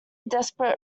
desperate